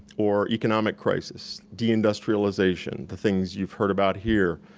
or economic crisis, de-industrialization, the things you've heard about here.